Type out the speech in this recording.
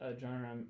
genre